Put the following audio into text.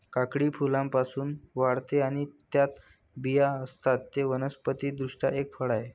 काकडी फुलांपासून वाढते आणि त्यात बिया असतात, ते वनस्पति दृष्ट्या एक फळ आहे